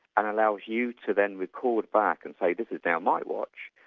and allows you to then record back, and say, this is now my watch,